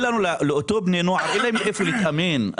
לאותם בני נוער אין איפה להתאמן,